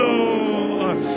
Lord